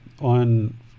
on